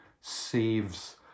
saves